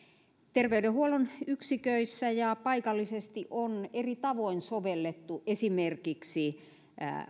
terveydenhuollon yksiköissä ja paikallisesti on eri tavoin sovellettu esimerkiksi